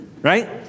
right